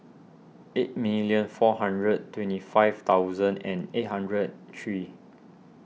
eight million four hundred twenty five thousand and eight hundred three